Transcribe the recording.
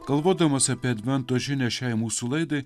galvodamas apie advento žinią šiai mūsų laidai